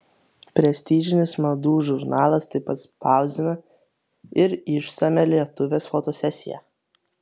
prestižinis madų žurnalas taip pat spausdina ir išsamią lietuvės fotosesiją